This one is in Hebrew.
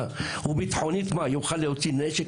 מה, הוא ביטחונית יוכל להוציא נשק?